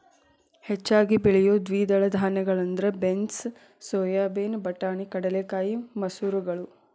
ಹೆಚ್ಚಾಗಿ ಬೆಳಿಯೋ ದ್ವಿದಳ ಧಾನ್ಯಗಳಂದ್ರ ಬೇನ್ಸ್, ಸೋಯಾಬೇನ್, ಬಟಾಣಿ, ಕಡಲೆಕಾಯಿ, ಮಸೂರಗಳು